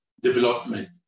development